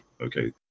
okay